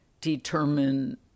determine